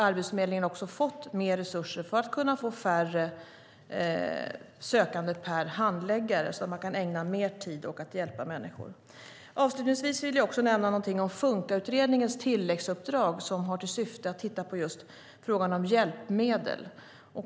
Arbetsförmedlingen har också fått mer resurser för att kunna få färre sökande per handläggare så att man kan ägna mer tid åt att hjälpa människor. Avslutningsvis vill jag nämna någonting om Funkautredningens tilläggsuppdrag som har till syfte att titta på just frågan om hjälpmedel.